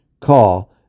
call